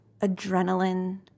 adrenaline